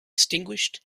extinguished